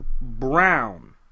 Brown